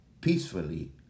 peacefully